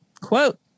quote